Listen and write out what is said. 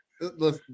look